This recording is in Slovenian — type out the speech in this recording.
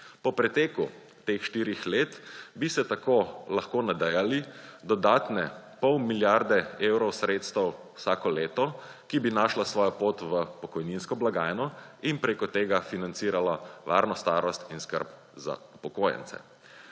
Po preteku teh štirih let bi se tako lahko nadejali dodatne pol milijarde evrov sredstev vsako leto, ki bi našla svojo pot v pokojninsko blagajno in preko tega financirala varno starost in skrb za upokojence.